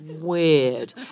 weird